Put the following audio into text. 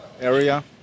area